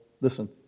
listen